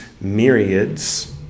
myriads